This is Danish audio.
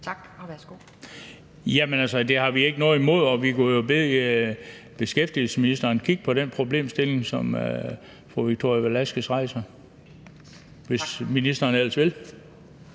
Bøgsted (DF): Jamen det har vi ikke noget imod, og vi kunne jo bede beskæftigelsesministeren kigge på den problemstilling, som fru Victoria Velasquez rejser, hvis ministeren ellers vil.